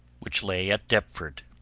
which lay at deptford.